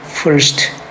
First